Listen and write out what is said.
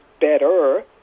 better